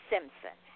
Simpson